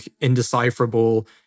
indecipherable